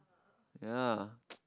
yeah